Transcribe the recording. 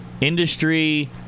industry